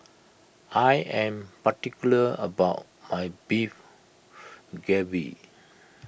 I am particular about my Beef Galbi